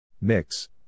Mix